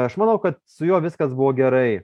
aš manau kad su juo viskas buvo gerai